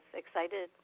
excited